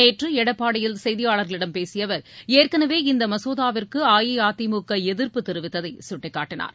நேற்று எடப்பாடியில் செய்தியாளர்களிடம் பேசிய அவர் ஏற்கனவே இந்த மசோதாவிற்கு அஇஅதிமுக எதிர்ப்பு தெரிவித்ததை சுட்டிக்காட்டினார்